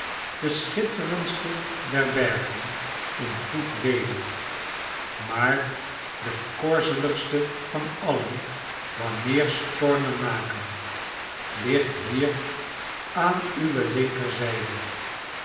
de schitterendste derbergen in goed weder maar de korzeligste van alien wanneer stormen naken ligt hier aan uwe linkerzijde